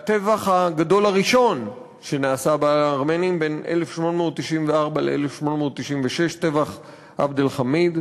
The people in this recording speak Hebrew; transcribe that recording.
והטבח הגדול הראשון שנעשה בארמנים בין 1894 ל-1896 טבח עבד אל-חמיד.